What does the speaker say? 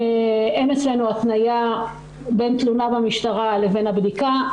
אין אצלנו התניה בין תלונה במשטרה לבין הבדיקה,